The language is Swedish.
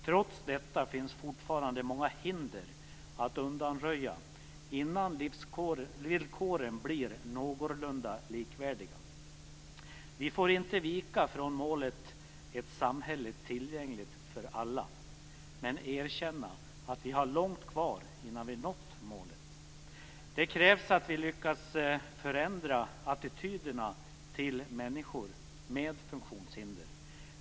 Trots detta finns fortfarande många hinder att undanröja innan livsvillkoren blir någorlunda likvärdiga. Vi får inte vika från målet - ett samhälle tillgängligt för alla - men erkänna att vi har långt kvar innan vi nått målet. Det krävs att vi lyckas förändra attityderna till människor med funktionshinder.